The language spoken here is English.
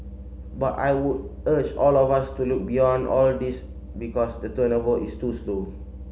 but I would urge all of us to look beyond all these because the turnover is too slow